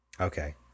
Okay